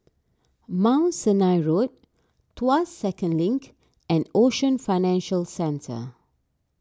Mount Sinai Road Tuas Second Link and Ocean Financial Centre